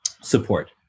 support